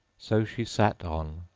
so she sat on,